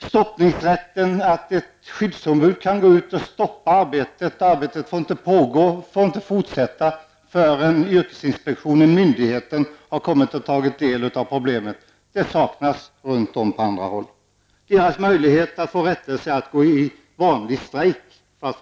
Stoppningsrätten -- att ett skyddsombud kan stoppa arbetet, att arbetet inte får fortsätta förrän yrkesinspektionen, myndigheten, har kommit och tagit del av problemen -- saknas runt om på andra håll. Enda möjligheten att få rättelse är att gå ut i vanlig strejk.